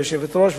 גברתי היושבת-ראש,